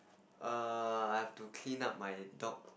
err I have to clean up my dog